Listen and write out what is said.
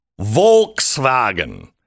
Volkswagen